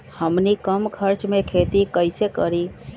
हमनी कम खर्च मे खेती कई से करी?